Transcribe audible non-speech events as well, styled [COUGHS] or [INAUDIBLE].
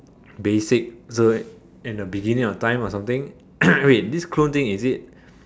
basic so in the beginning of time or something [COUGHS] wait this clone thing is it